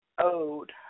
owed